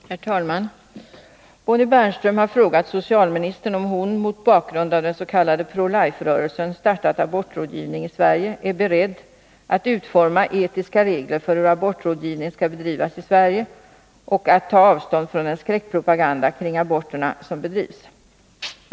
Herr talman! Bonnie Bernström har frågat socialministern om hon — mot bakgrund av att den s.k. Pro Life-rörelsen startat abortrådgivningen i Sverige — är beredd — att utforma etiska regler för hur abortrådgivningen skall få bedrivas i Sverige — och att ta avstånd från den skräckpropaganda kring aborterna som bedrivs.